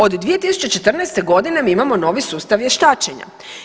Od 2014. godine mi imamo novi sustav vještačenja.